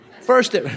First